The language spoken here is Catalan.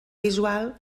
visual